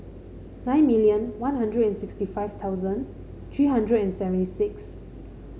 nine million One Hundred and sixty five thousand three hundred and seventy six